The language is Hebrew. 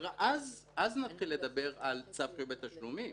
ואז נתחיל לדבר על צו חיוב בתשלומים.